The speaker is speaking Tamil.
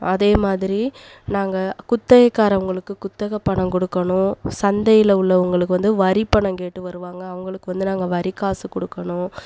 அதேமாதிரி நாங்கள் குத்தகைக்காரவங்களுக்கு குத்தகை பணம் கொடுக்கணும் சந்தையில் உள்ளவர்களுக்கு வந்து வரி பணம் கேட்டு வருவாங்க அவங்களுக்கு வந்து நாங்கள் வரி காசு கொடுக்கணும்